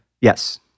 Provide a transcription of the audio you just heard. Yes